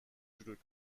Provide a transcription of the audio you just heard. چروک